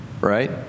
right